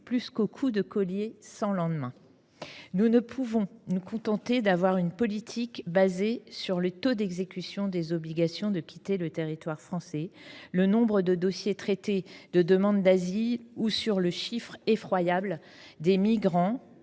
plus qu’aux coups de collier sans lendemain. » Nous ne pouvons pas nous contenter d’une politique fondée sur le taux d’exécution des obligations de quitter le territoire français, sur le nombre de dossiers de demandes d’asiles traités ou sur le chiffre effroyable de migrants